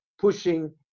pushing